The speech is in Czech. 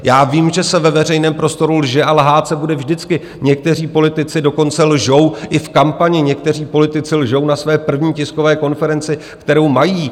Já vím, že se ve veřejném prostoru lže a lhát se bude vždycky, někteří politici dokonce lžou i v kampani, někteří politici lžou na své první tiskové konferenci, kterou mají.